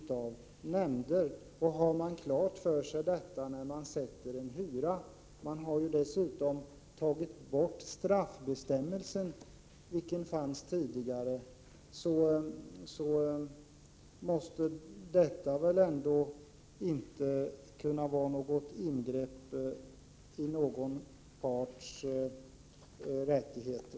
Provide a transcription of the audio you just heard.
Har man detta klart för sig när man sätter en hyra — dessutom har ju straffbestämmelsen tagits bort, vilken fanns tidigare — så måste detta väl ändå inte kunna anses vara något ingrepp i någons parts rättigheter?